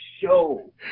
show